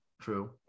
true